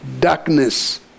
darkness